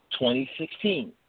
2016